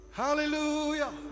Hallelujah